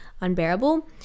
unbearable